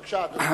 בבקשה, אדוני.